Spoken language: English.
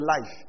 life